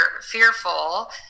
fearful